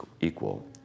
equal